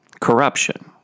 corruption